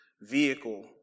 vehicle